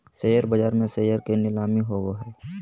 share बाज़ार में share के नीलामी होबो हइ